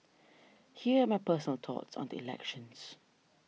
here are my personal thoughts on the elections